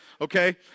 Okay